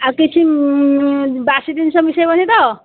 ଆଉ କିଛି ବାସି ଜିନିଷ ମିଶେଇବନି ତ